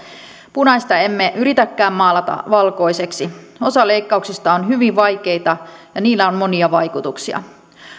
punaista emme yritäkään maalata valkoiseksi osa leikkauksista on hyvin vaikeita ja niillä on monia vaikutuksia